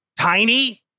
Tiny